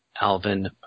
Alvin